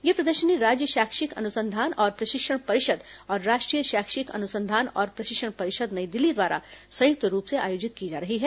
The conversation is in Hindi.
यह प्रदर्शनी राज्य शैक्षिक अनुसंधान और प्रशिक्षण परिषद और राष्ट्रीय शैक्षिक अनुसंधान और प्रशिक्षण परिषद नई दिल्ली द्वारा संयुक्त रूप से आयोजित की जा रही है